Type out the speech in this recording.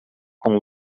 com